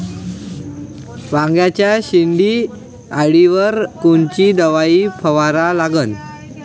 वांग्याच्या शेंडी अळीवर कोनची दवाई फवारा लागन?